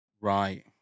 right